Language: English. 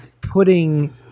putting